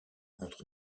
entre